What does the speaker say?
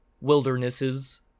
wildernesses